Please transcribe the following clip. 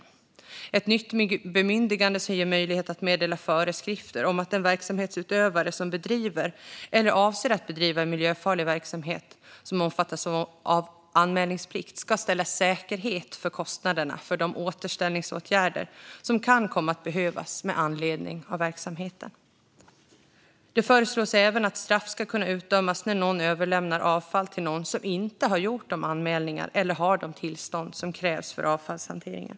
Det föreslås ett nytt bemyndigande som ger möjlighet att meddela föreskrifter om att den verksamhetsutövare som bedriver eller avser att bedriva en miljöfarlig verksamhet som omfattas av anmälningsplikt ska ställa säkerhet för kostnaderna för de återställningsåtgärder som kan komma att behövas med anledning av verksamheten. Det föreslås även att straff ska kunna utdömas när någon överlämnar avfall till någon annan som inte har gjort de anmälningar eller har de tillstånd som krävs för avfallshanteringen.